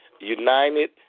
united